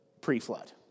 pre-flood